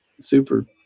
super